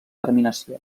terminació